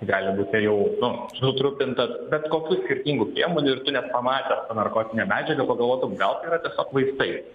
gali būti jau nu sutrupintas bet kokių skirtingų priemonių ir tu net pamatęs tą narkotinę medžiagą pagalvotum gal tai yra tiesiog vaistai